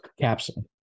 capsule